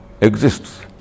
exists